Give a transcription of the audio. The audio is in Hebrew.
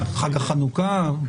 חג החנוכה.